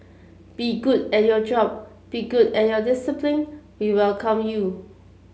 be good at your job be good at your discipline we welcome you